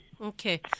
Okay